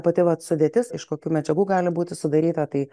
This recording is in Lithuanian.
pati vat sudėtis iš kokių medžiagų gali būti sudaryta tai